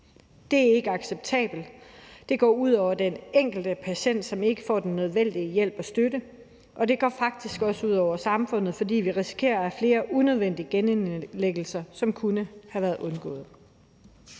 Det er ikke acceptabelt; det går ud over den enkelte patient, som ikke får den nødvendige hjælp og støtte; og det går faktisk også ud over samfundet, fordi vi risikerer flere unødvendige genindlæggelser, som kunne have været undgået.